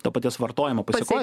to paties vartojimo pasekoj